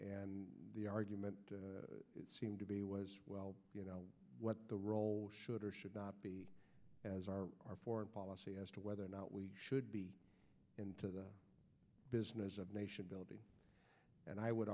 and the argument it seemed to be was well you know what the role should or should not be as are our foreign policy as to whether or not we should be into the business of nation building and i would